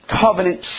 covenant